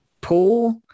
poor